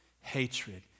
Hatred